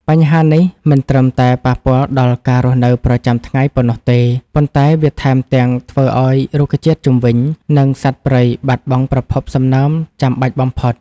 បញ្ហានេះមិនត្រឹមតែប៉ះពាល់ដល់ការរស់នៅប្រចាំថ្ងៃប៉ុណ្ណោះទេ ប៉ុន្តែវាថែមទាំងធ្វើឱ្យរុក្ខជាតិជុំវិញ និងសត្វព្រៃបាត់បង់ប្រភពសំណើមចាំបាច់បំផុត។